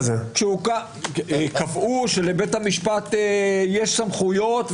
קבעו שלבית המשפט יש סמכויות,